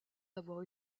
avoir